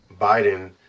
Biden